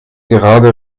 gerade